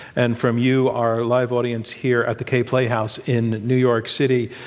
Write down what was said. and from you, our live audience here at the kaye playhouse in new york city.